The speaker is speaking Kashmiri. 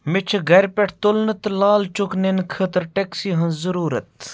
مے چِھ گَرِ پٮ۪ٹھ تُلنہٕ تہٕ لال چوک نِنہٕ خٲطرٕ ٹیکسی ہنٛز ضرورت